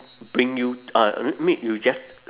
bring you uh mean you just